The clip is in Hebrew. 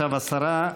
עכשיו השרה.